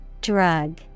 Drug